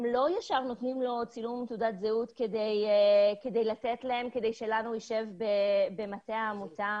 הם לא נותנים לו ישר צילום תעודת זהות כדי שלנו במטה העמותה